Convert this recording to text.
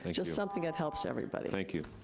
and just something that helps everybody. thank you.